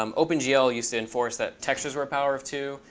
um opengl used to enforce that textures were a power of two.